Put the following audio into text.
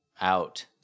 out